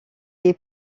est